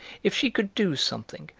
if she could do something,